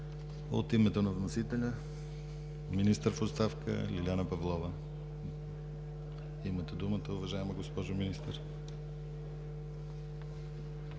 От името на вносителя – министър в оставка Лиляна Павлова. Имате думата, уважаема госпожо Министър.